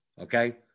Okay